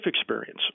experience